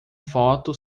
foto